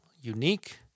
Unique